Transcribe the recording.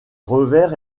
revers